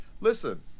Listen